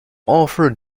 author